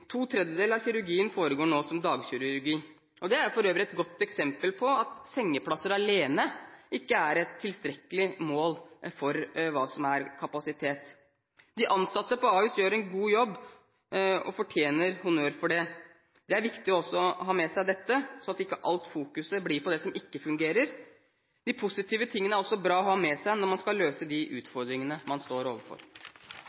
To tredjedeler av kirurgien foregår nå som dagkirurgi. Det er for øvrig et godt eksempel på at sengeplasser alene ikke er et tilstrekkelig mål på kapasitet. De ansatte på Ahus gjør en god jobb og fortjener honnør for det. Det er viktig å ha med seg dette, sånn at ikke alt fokuset blir på det som ikke fungerer. De positive tingene er også bra å ha med seg når man skal løse de